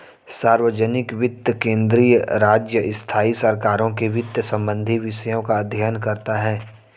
सार्वजनिक वित्त केंद्रीय, राज्य, स्थाई सरकारों के वित्त संबंधी विषयों का अध्ययन करता हैं